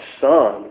son